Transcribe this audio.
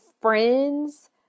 friends